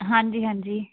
ਹਾਂਜੀ ਹਾਂਜੀ